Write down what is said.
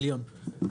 מיליון.